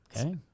Okay